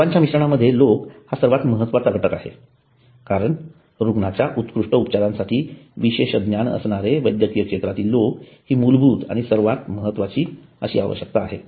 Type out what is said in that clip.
सेवांच्या मिश्रणामध्ये लोक हा सर्वात महत्वाचा घटक आहे कारण रुग्णांच्या उत्कृष्ट उपचारांसाठी विशेष ज्ञान असणारे वैद्यकीय क्षेत्रातील लोक ही मूलभूत आणि सर्वात महत्वाची आवश्यकता आहे